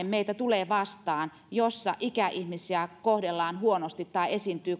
meitä tulee vastaan yksikin tilanne jossa ikäihmisiä kohdellaan huonosti tai esiintyy